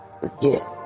forget